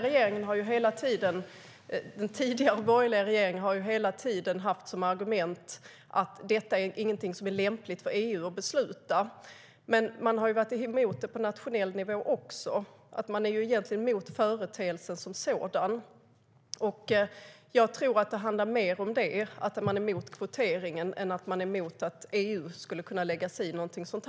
Den tidigare, borgerliga regeringen hade hela tiden som argument att detta är någonting som det inte är lämpligt för EU att besluta. Man har dock varit emot det också på nationell nivå - man är alltså egentligen emot företeelsen som sådan. Jag tror att det handlar mer om det, det vill säga att man är emot kvotering, än om att man är emot att EU skulle kunna lägga sig i någonting sådant.